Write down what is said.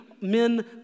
men